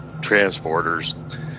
transporters